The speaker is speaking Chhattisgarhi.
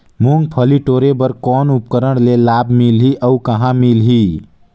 मुंगफली टोरे बर कौन उपकरण ले लाभ मिलही अउ कहाँ मिलही?